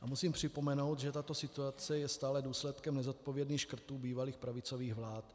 Musím připomenout, že tato situace je stále důsledkem nezodpovědných škrtů bývalých pravicových vlád.